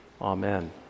Amen